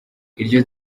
iryo